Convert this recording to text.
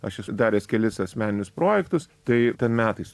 aš esu daręs kelis asmeninius projektus tai ten metais